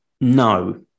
no